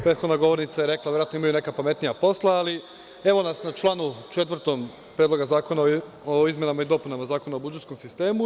Prethodna govornica je rekla da verovatno imaju neka pametnija posla, ali evo nas na članu 4. Predloga zakona o izmenama i dopunama Zakona o budžetskom sistemu.